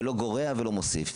ולא גורע ולא מוסיף.